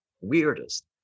weirdest